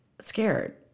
scared